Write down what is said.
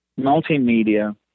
multimedia